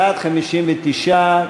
בעד, 59,